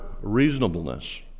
reasonableness